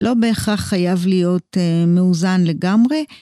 לא בהכרח חייב להיות מאוזן לגמרי.